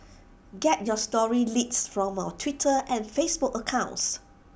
get your story leads from our Twitter and Facebook accounts